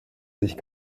sich